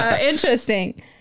Interesting